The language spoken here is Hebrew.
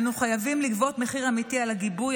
אנו חייבים לגבות מחיר אמיתי על הגיבוי,